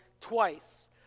twice